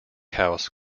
house